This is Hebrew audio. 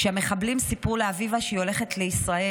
כשהמחבלים סיפרו לאביבה שהיא הולכת לישראל,